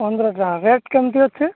ପନ୍ଦର ଟା ରେଟ୍ କେମିତି ଅଛି